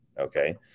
Okay